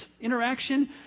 interaction